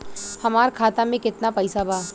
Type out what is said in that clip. हमार खाता मे केतना पैसा बा?